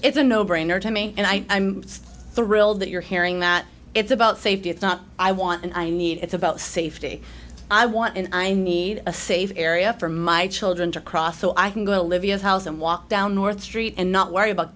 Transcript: it's a no brainer to me and i thrilled that you're hearing that it's about safety it's not i want and i need it's about safety i want and i need a safe area for my children to cross so i can go to livea house and walk down north street and not worry about